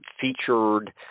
featured